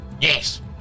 Yes